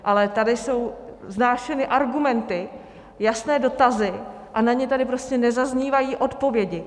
Ale tady jsou vznášeny argumenty, jasné dotazy a na ně tady prostě nezaznívají odpovědi.